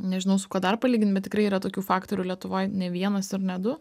nežinau su kuo dar palygin bet tikrai yra tokių faktorių lietuvoj ne vienas ir ne du